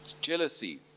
Jealousy